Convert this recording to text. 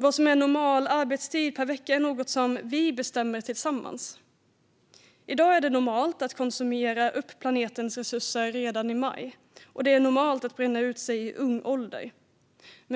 Vad som är normal arbetstid per vecka är något som vi bestämmer tillsammans. I dag är det normalt att ha konsumerat upp planetens resurser redan i maj, och det är normalt att bränna ut sig i ung ålder.